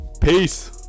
Peace